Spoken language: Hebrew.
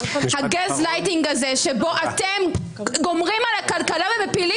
המצב הזה שבו אתם גומרים על הכלכלה ומפילים